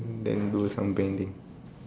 then do something painting